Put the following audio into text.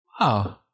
Wow